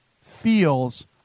feels